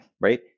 right